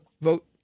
vote